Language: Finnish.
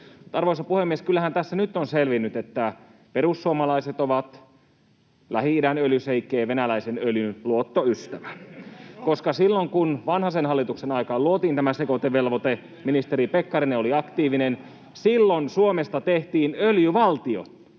Arvoisa puhemies! Kyllähän tässä nyt on selvinnyt, että perussuomalaiset ovat Lähi-idän öljyšeikkien ja Venäläisen öljyn luottoystävä. [Naurua perussuomalaisten ryhmästä] Kun Vanhasen hallituksen aikaan luotiin tämä sekoitevelvoite, ministeri Pekkarinen oli aktiivinen, silloin Suomesta tehtiin öljyvaltio.